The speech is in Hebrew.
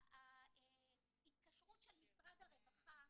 ההתקשרות של משרד הרווחה,